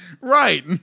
Right